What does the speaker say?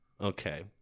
Okay